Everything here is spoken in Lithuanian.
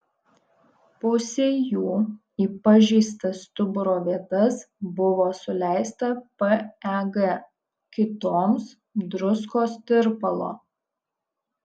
pusei jų į pažeistas stuburo vietas buvo suleista peg kitoms druskos tirpalo